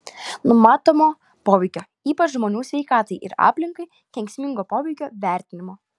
numatomo poveikio ypač žmonių sveikatai ir aplinkai kenksmingo poveikio vertinimo